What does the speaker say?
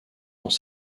dans